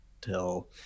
till